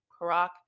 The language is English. Karak